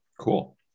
Cool